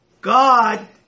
God